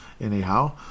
Anyhow